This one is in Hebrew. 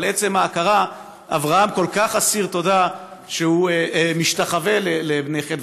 על עצם ההכרה אברהם כל כך אסיר תודה שהוא משתחווה לבני חת,